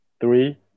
three